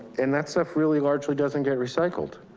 and that stuff really largely doesn't get recycled.